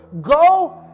go